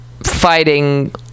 fighting